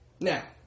Now